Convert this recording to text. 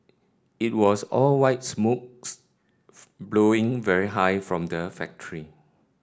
it was all white smokes blowing very high from the factory